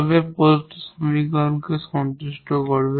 তবে এটি প্রদত্ত সমীকরণকেও সন্তুষ্ট করবে